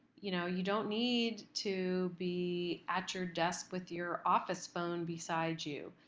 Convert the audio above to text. you know you don't need to be at your desk with your office phone beside you.